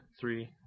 three